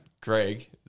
Greg